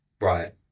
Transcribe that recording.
right